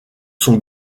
sont